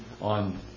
on